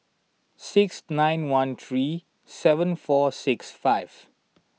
six nine one three seven four six five